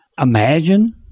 imagine